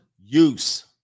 use